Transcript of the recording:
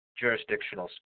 jurisdictional